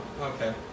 Okay